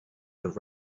the